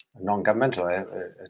non-governmental